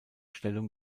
stellung